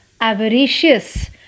Avaricious